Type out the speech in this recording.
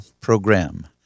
program